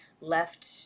left